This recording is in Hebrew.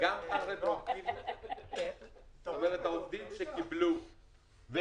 גם אחרי שהעובדים שקיבלו --- וקוזז.